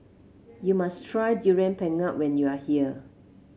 you must try Durian Pengat when you are here